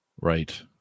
right